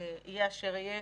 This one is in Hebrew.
יהיה אשר יהיה,